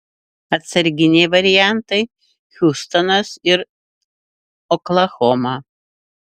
atsarginiai variantai hiūstonas ir oklahoma